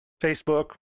Facebook